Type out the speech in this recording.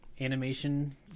animation